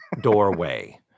doorway